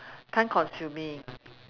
time consuming